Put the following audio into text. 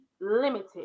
limited